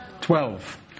Twelve